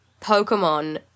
Pokemon